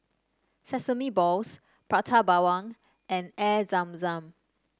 Sesame Balls Prata Bawang and Air Zam Zam